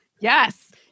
Yes